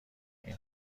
این